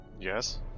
Yes